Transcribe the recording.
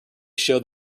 showed